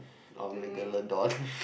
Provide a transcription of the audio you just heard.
I'll make a